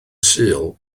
sul